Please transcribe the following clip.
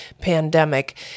pandemic